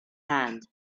hand